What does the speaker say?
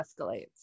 escalates